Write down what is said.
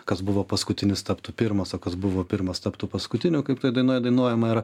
kas buvo paskutinis taptų pirmas o kas buvo pirmas taptų paskutiniu kaip toj dainoj dainuojama yra